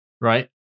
right